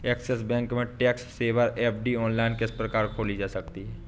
Axis bank में tax saver FD online किस प्रकार खोली जा सकती है?